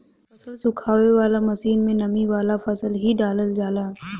फसल सुखावे वाला मशीन में नमी वाला फसल ही डालल जाला